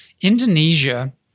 Indonesia